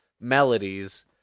melodies